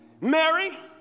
Mary